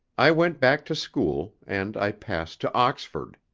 i went back to school, and i passed to oxford.